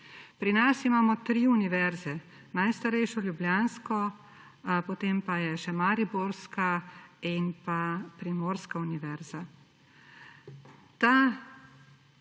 Pri nas imamo tri univerze, najstarejšo ljubljansko, potem pa je še mariborska in pa primorska univerza.